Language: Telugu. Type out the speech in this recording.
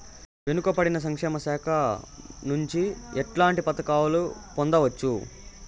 వెనుక పడిన సంక్షేమ శాఖ నుంచి ఎట్లాంటి పథకాలు పొందవచ్చు?